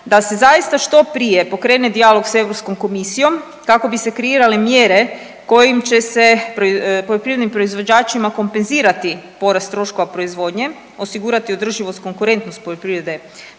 da se zaista što prije pokrene dijalog s Europskom komisijom kako bi se kreirale mjere kojim će se poljoprivrednim proizvođačima kompenzirati porast troškova proizvodnje, osigurati održivost konkurentnost poljoprivredne